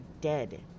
dead